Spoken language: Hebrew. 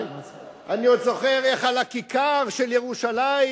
אני עוד זוכר איך על כיכר של ירושלים,